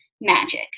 magic